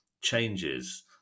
changes